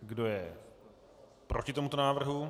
Kdo je proti tomuto návrhu?